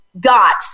got